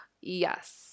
Yes